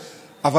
המטרו.